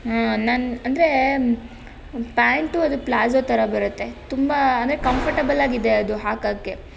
ಹ್ಮೂ ನಾನು ಅಂದರೆ ಪ್ಯಾಂಟ್ ಅದು ಪ್ಲಾಜೋ ಥರ ಬರುತ್ತೆ ತುಂಬ ಅಂದರೆ ಕಂಫರ್ಟೆಬಲಾಗಿದೆ ಅದು ಹಾಕಕ್ಕೆ